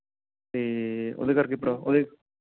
ਅਤੇ ਉਹਦੇ ਕਰਕੇ ਉਹਦੇ